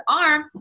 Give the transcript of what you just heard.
arm